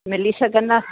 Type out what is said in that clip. मिली सघंदा